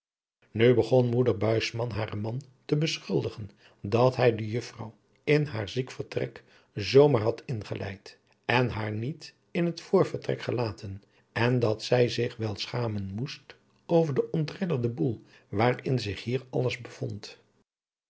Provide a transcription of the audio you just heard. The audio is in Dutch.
nu begon moeder buisman haren man te beschuldigen dat hij de juffrouw in haar ziekevertrek zoo maar had ingeleid en haar niet in het voorvertrek gelaten en dat zij zich wel schamen moest over den ontredderden boêl waarin zich hier alles bevond